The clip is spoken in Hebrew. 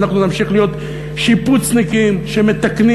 ואנחנו נמשיך להיות שיפוצניקים שמתקנים